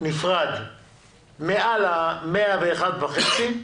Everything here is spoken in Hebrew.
נפרד מעל 101.5%,